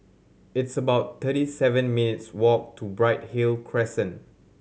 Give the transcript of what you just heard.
it's about thirty seven minutes walk to Bright Hill Crescent